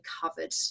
covered